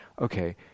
okay